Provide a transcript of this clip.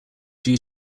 due